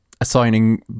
assigning